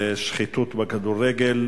הצעות לסדר-היום